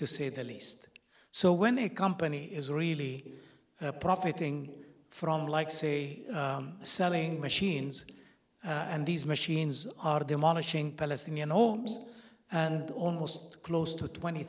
to say the least so when a company is really profiting from like say selling machines and these machines are demolishing palestinian homes and almost close to twenty